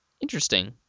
interesting